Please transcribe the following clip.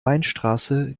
weinstraße